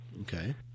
okay